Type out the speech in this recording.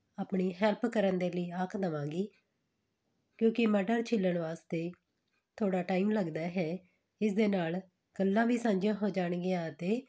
ਆਪਣੀ ਹੈਲਪ ਕਰਨ ਦੇ ਲਈ ਆਖ ਦੇਵਾਂਗੀ ਕਿਉਂਕਿ ਮਟਰ ਛਿੱਲਣ ਵਾਸਤੇ ਥੋੜ੍ਹਾ ਟਾਈਮ ਲੱਗਦਾ ਹੈ ਇਸਦੇ ਨਾਲ ਗੱਲਾਂ ਵੀ ਸਾਂਝੀਆਂ ਹੋ ਜਾਣਗੀਆਂ ਅਤੇ